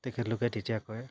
তেখেতলোকে তেতিয়া কয়